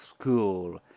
school